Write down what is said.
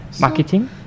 marketing